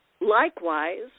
Likewise